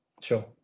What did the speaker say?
Sure